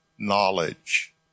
Knowledge